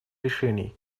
решений